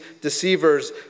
deceivers